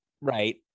right